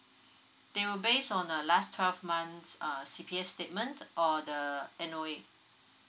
they will based on the last twelve months err cps statement or the noa